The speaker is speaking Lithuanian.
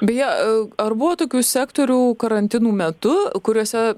beje ar buvo tokių sektorių karantinų metu kuriuose